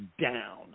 down